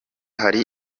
hari